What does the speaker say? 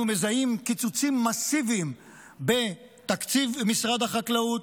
אנחנו מזהים קיצוצים מסיביים בתקציב משרד החקלאות,